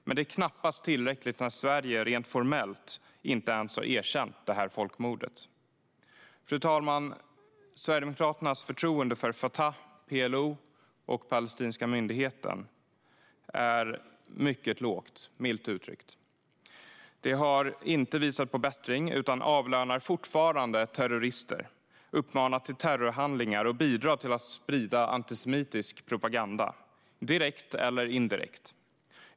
Men det är knappast tillräckligt när Sverige rent formellt inte ens har erkänt folkmordet. Fru talman! Sverigedemokraternas förtroende för Fatah, PLO och palestinska myndigheten är mycket lågt - milt uttryckt. De har inte visat på någon bättring utan avlönar fortfarande terrorister, uppmanar till terrorhandlingar och bidrar till att sprida antisemitisk propaganda, direkt eller indirekt.